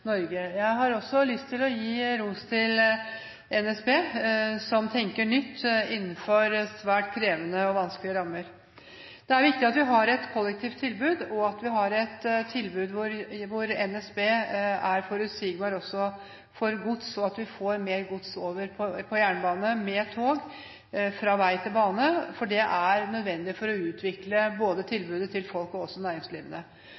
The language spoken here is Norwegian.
Jeg har også lyst til å gi ros til NSB som tenker nytt innenfor svært krevende og vanskelige rammer. Det er viktig at vi har et kollektivt tilbud, og at NSB er forutsigbare, også på gods, og at vi får mer gods over fra vei til bane, for det er nødvendig for å utvikle tilbudet både